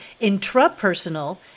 intrapersonal